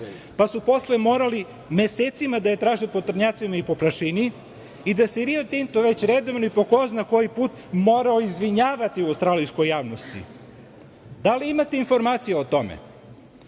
pa su posle morali mesecima da je traže po trnjacima i po prašini i da se Rio Tinto već redovno i po ko zna koji put morao izvinjavati australijskoj javnosti. Da li imate informacije o